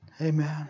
amen